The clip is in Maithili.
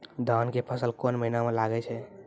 धान के फसल कोन महिना म लागे छै?